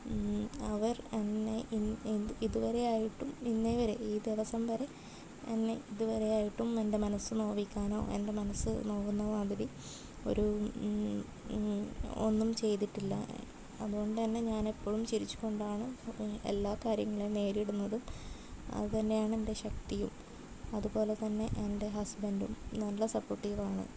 അവർ എന്നെ ഇൻ ഇതുവരെയായിട്ടും ഇന്നേ വരെ ഈ ദിവസം വരെ എന്നെ ഇതുവരെ ആയിട്ടും എൻ്റെ മനസ്സ് നോവിക്കാനോ എൻ്റെ മനസ്സ് നോവുന്ന മാതിരി ഒരു ഒന്നും ചെയ്തിട്ടില്ല അതുകൊണ്ടുതന്നെ ഞാനെപ്പോഴും ചിരിച്ചുകൊണ്ടാണ് എല്ലാ കാര്യങ്ങളെയും നേരിടുന്നതും അതുതന്നെയാണ് എൻ്റെ ശക്തിയും അതുപോലെതന്നെ എൻ്റെ ഹസ്ബൻറ്റും നല്ല സപ്പോർട്ടീവ് ആണ്